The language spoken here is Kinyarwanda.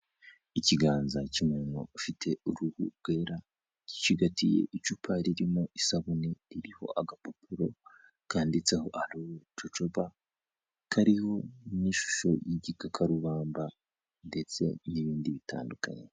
Ikiganza cy'umuntu ufite uruhu rwera, gicigatiye icupa ririmo isabune iriho agapapuro kanditseho arowi cucoba kariho n'ishusho y'igikakarubamba ndetse n'ibindi bitandukanye.